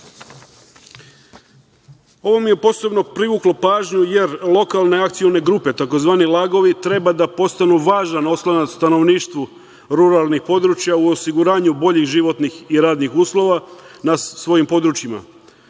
itd. Ovo mi je posebno privuklo pažnju, jer lokalne akcione grupe, takozvani lagovi trebaju da postanu važan oslonac stanovništvu ruralnih područja u osiguranju boljih životnih i radnih uslova na svojim područjima.